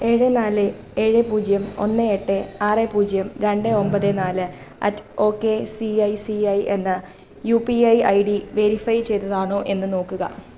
ഏഴ് നാല് ഏഴ് പൂജ്യം ഒന്ന് എട്ട് ആറ് പൂജ്യം രണ്ട് ഒമ്പത് നാല് at O K C I C I എന്ന U P I I D verify ചെയ്തതാണോ എന്ന് നോക്കുക